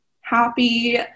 happy